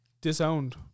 disowned